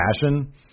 passion